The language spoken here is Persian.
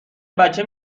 بچه